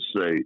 say